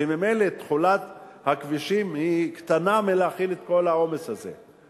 וממילא תכולת הכבישים קטנה מלהכיל את כל העומס הזה.